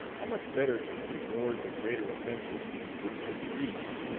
how much better to have ignored the greater offences which could be reached,